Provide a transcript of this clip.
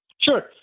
Sure